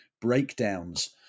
breakdowns